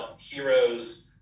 heroes